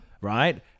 right